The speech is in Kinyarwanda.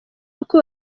y’uko